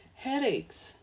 Headaches